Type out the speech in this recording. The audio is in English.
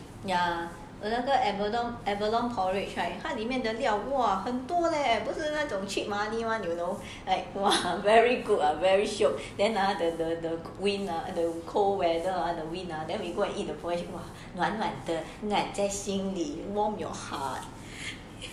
ya 那个 abalone abalone porridge right 它里面的料哇很多 leh 不是那种 cheat money you know like !wah! very good or very shiok then the wind uh the cold weather wind uh then we go and eat the porridge right 暖暖的暖在心里 warm your heart